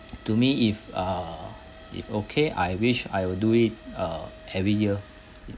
to me if err if okay I wish I will do it err every year